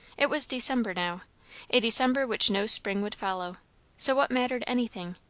it was december now a december which no spring would follow so what mattered anything,